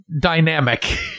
dynamic